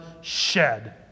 shed